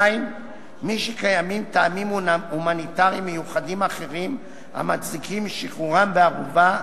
2. מי שקיימים טעמים הומניטריים מיוחדים אחרים המצדיקים שחרורם בערובה,